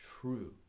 true